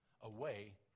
away